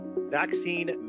vaccine